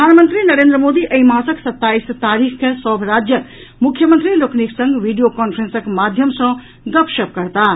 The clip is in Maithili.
प्रधानमंत्री नरेन्द्र मोदी एहि मासक सत्ताईस तारीख के सभ राज्यक मुख्यमंत्री लोकनिक संग वीडियो कांफ्रेंसक माध्यम सँ गपशप करताह